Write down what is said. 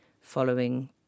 following